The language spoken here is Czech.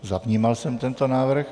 Zavnímal jsem tento návrh.